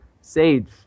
Sage